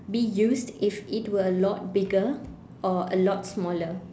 be used if it were a lot bigger or a lot smaller